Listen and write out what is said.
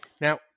Now